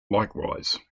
likewise